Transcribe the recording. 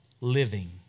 living